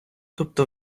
тобто